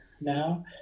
now